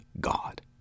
God